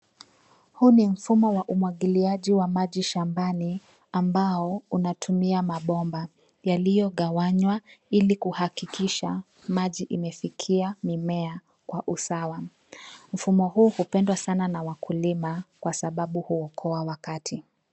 Huu ni mfumo wa umwagiliaji wa maji shambani ambao unatumia mabomba yaliyogawanywa ili kuhakikisha maji imefikia mimea kwa usawa. Mfumo huu hupendwa sana na wakulima kwa sababu huokoa.